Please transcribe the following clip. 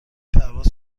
پرواز